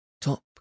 top